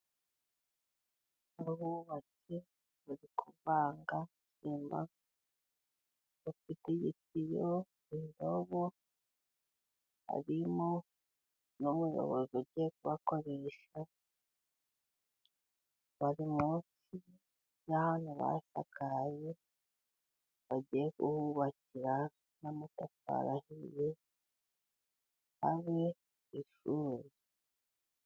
Abubatsi bari kuvanga sima bafite igitiyo, indobo, harimo n'umuyobozi ugiye kubakoresha, bari munsi y'ahantu basakaye bagiye kuhubakira n'amatafari ahiye habe ishuri.